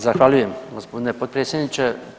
Zahvaljujem gospodine potpredsjedniče.